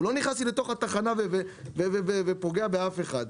הוא לא נכנס לי לתוך התחנה ופוגע באף אחד.